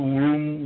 room